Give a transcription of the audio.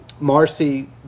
Marcy